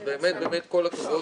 אז באמת כל הכבוד.